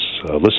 listen